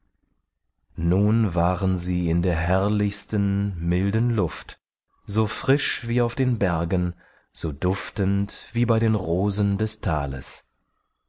nun waren sie in der herrlichsten milden luft so frisch wie auf den bergen so duftend wie bei den rosen des thales